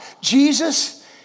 Jesus